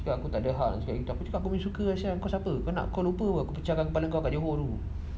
aku takde hak tapi cakap demi suka aku siapa pernah kau lupa pecahkan kepala kau pada war room